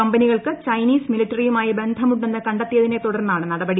കമ്പനികൾക്ക് ചൈനീസ് മിലിട്ടറിയുമായി ബന്ധമുണ്ടെന്ന് കണ്ടെത്തിയതിനെ തുടർന്നാണ് നടപടി